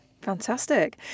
Fantastic